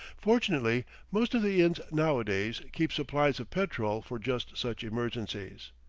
fortunately, most of the inns nowadays keep supplies of petrol for just such emergencies.